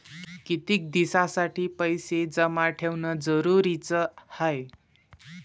कितीक दिसासाठी पैसे जमा ठेवणं जरुरीच हाय?